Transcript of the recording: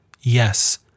yes